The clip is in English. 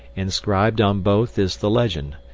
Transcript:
inscribed on both is the legend